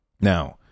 Now